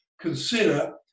consider